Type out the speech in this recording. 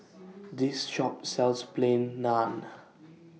This Shop sells Plain Naan